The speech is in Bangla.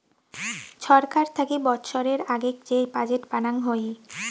ছরকার থাকি বৎসরের আগেক যে বাজেট বানাং হই